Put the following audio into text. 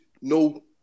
No